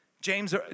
James